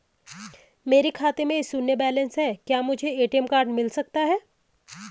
मेरे खाते में शून्य बैलेंस है क्या मुझे ए.टी.एम कार्ड मिल सकता है?